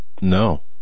No